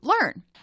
learn